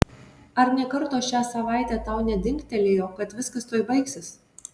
ar nė karto šią savaitę tau nedingtelėjo kad viskas tuoj baigsis